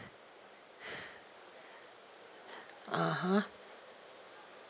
(uh huh)